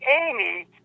Amy